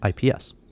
IPS